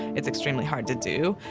it's extremely hard to do,